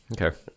Okay